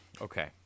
Okay